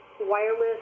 wireless